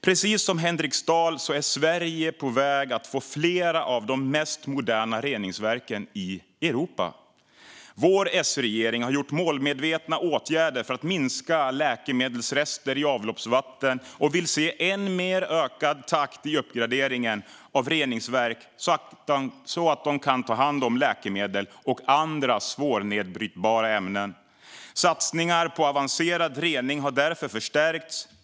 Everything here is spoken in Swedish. Precis som Henriksdal är Sverige på väg att få flera av de mest moderna reningsverken i Europa. Vår S-regering har gjort målmedvetna åtgärder för att minska läkemedelsrester i avloppsvatten och vill se än mer ökad takt i uppgraderingen av reningsverk, så att de kan ta hand om läkemedel och andra svårnedbrytbara ämnen. Satsningar på avancerad rening har därför förstärkts.